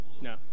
No